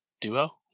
duo